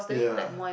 yeah